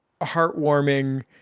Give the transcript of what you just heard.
heartwarming